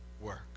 work